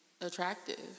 attractive